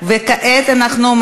איציק שמולי,